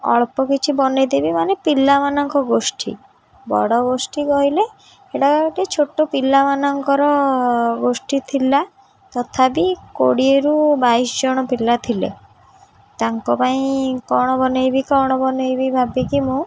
ଅଳ୍ପ କିଛି ବନାଇଦେବି ମାନେ ପିଲାମାନଙ୍କ ଗୋଷ୍ଠୀ ବଡ଼ ଗୋଷ୍ଠୀ କହିଲେ ସେଇଟା ଗୋଟେ ଛୋଟ ପିଲାମାନଙ୍କର ଗୋଷ୍ଠୀ ଥିଲା ତଥାପି କୋଡ଼ିଏରୁ ବାଇଶି ଜଣ ପିଲା ଥିଲେ ତାଙ୍କ ପାଇଁ କ'ଣ ବନାଇବି କ'ଣ ବନାଇବି ଭାବିକି ମୁଁ